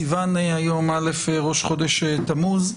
סיון היום, ראש חודש תמוז.